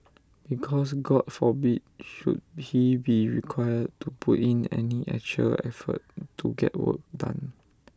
because God forbid should he be required to put in any actual effort to get work done